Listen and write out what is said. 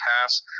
pass